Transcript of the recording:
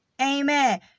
amen